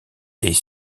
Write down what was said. est